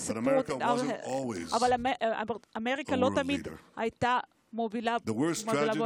להלן תרגומם הסימולטני: אבל אמריקה לא תמיד הייתה מובילה בעולם.